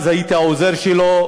אז הייתי העוזר שלו,